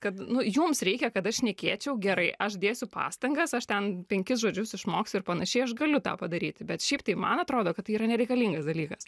kad jums reikia kad aš šnekėčiau gerai aš dėsiu pastangas aš ten penkis žodžius išmoksiu ir panašiai aš galiu tą padaryti bet šiaip tai man atrodo kad tai yra nereikalingas dalykas